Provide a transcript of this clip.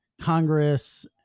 Congress